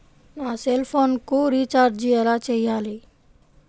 నా సెల్ఫోన్కు రీచార్జ్ ఎలా చేయాలి?